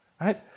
right